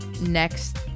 next